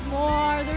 more